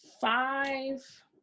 five